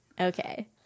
Okay